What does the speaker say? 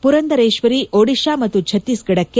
ಪುರಂದೇಶ್ವರಿ ಒಡಿಶಾ ಮತ್ತು ಛಕ್ತೀಸ್ಗಢಕ್ಕೆ